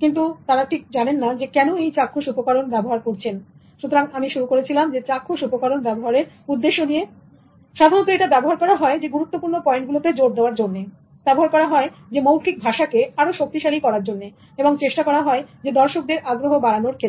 কিন্তু তারা জানেন না কেন এই চাক্ষুষ উপকরণ ব্যবহার করছেন সুতরাং আমি শুরু করেছিলাম চাক্ষুষ উপকরণ ব্যবহারের উদ্দেশ্য নিয়ে এটা ব্যবহার করা হয় গুরুত্বপূর্ণ পয়েন্টগুলোতে জোর দেওয়ার জন্য ব্যবহার করা হয় মৌখিক ভাষা কে আরো শক্তিশালী করার জন্য এবং চেষ্টা করা হয় দর্শকদের আগ্রহ বাড়ানোর ক্ষেত্রে